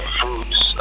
fruits